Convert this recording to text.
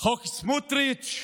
חוק סמוטריץ'.